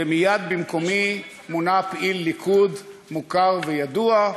ומיד במקומי מונה פעיל ליכוד מוכר וידוע,